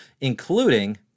including